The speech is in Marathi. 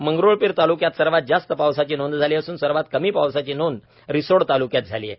मंगरुळपीर तालुक्यात सर्वात जास्त पावसाची नोंद झाली असून सर्वात कमी पावसाची नोंद रिसोड तालुक्यात झाली आहे